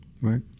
Right